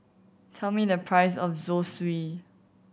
tell me the price of Zosui